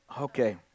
Okay